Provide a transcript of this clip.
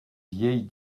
vieille